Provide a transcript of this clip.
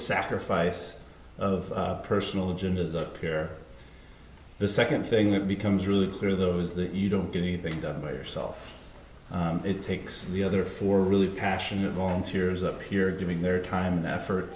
sacrifice of personal agendas up here the second thing that becomes really clear those that you don't get anything done by yourself it takes the other four really passionate volunteers up here giving their time and effort